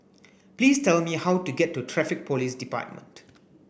please tell me how to get to Traffic Police Department